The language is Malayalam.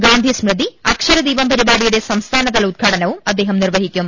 ഗാന്ധി സ്മൃതി അക്ഷരദീപം പരിപാടിയുടെ സംസ്ഥാനതല ഉദ്ഘാട നവും അദ്ദേഹം നിർവഹിക്കും